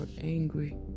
angry